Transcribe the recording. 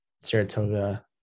Saratoga